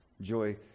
joy